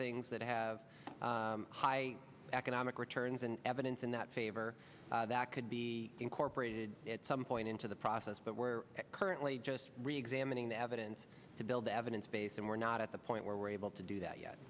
things that have high economic returns and evidence in that favor that could be incorporated at some point into the process but we're currently just re examining the evidence to build the evidence base and we're not at the point where we're able to do that yet